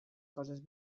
coses